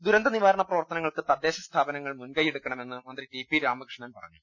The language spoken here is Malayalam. ദുരന്തനിവാരണ പ്രവർത്തനങ്ങൾക്ക് തദ്ദേശസ്ഥാപന ങ്ങൾ മുൻകൈയെടുക്കണമെന്ന് മന്ത്രി ടി പി രാമകൃഷ്ണൻ പറഞ്ഞു